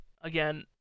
Again